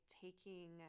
taking